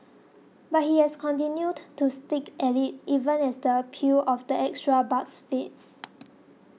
but he has continued to stick at it even as the appeal of the extra bucks fades